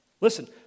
Listen